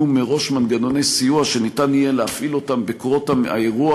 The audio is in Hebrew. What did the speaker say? מראש מנגנוני סיוע שניתן יהיה להפעיל אותם באירוע,